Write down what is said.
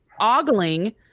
ogling